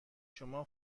شما